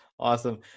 Awesome